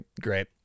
great